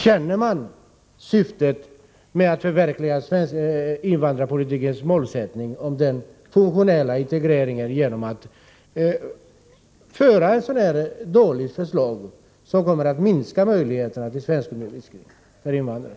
Tjänar man syftet att förverkliga invandrarpolitikens målsättning om en funktionell integrering genom att framlägga ett sådant här dåligt förslag, som kommer att minska möjligheterna till svenskundervisning för invandrare?